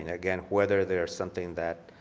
and again whether there are something that